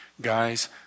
Guys